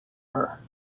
her